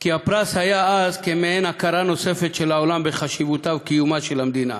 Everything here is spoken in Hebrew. כי הפרס היה אז מעין הכרה נוספת של העולם בחשיבותה ובקיומה של המדינה.